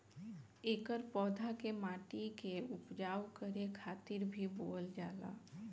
एकर पौधा के माटी के उपजाऊ करे खातिर भी बोअल जाला